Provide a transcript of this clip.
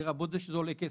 לרבות אלה שעולים כסף,